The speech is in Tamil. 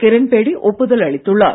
கிரண் பேடி ஒப்புதல் அளித்துள்ளார்